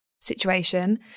situation